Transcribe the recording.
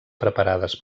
preparades